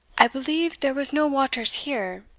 i believe dere was no waters here,